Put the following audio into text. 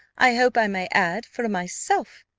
i hope i may add, for myself.